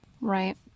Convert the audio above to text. Right